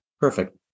Perfect